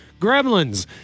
Gremlins